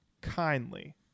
Kindly